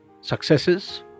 successes